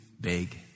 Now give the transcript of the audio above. big